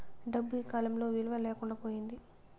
డబ్బు ఈకాలంలో విలువ లేకుండా పోయింది